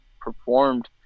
performed